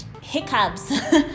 hiccups